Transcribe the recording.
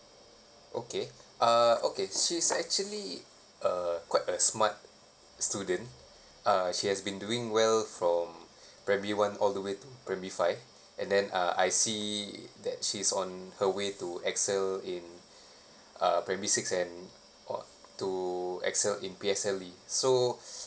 okay uh okay she's actually uh quite a smart student uh she has been doing well from primary one all the way to primary five and then uh I see that she's on her way to excel in uh primary six and or to excel in P_L_S_E so